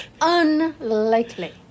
unlikely